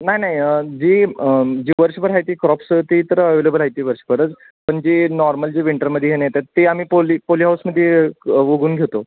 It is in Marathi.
नाही नाही जी जी वर्षभर आहे ती क्रॉप्स ती तर अवेलेबल आहे ती वर्षभरच पण जी नॉर्मल जे विंटरमध्ये हे नेतात ते आम्ही पोली पोलीहाऊसमध्ये बघून घेतो